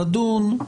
נדון,